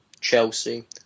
Chelsea